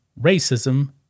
racism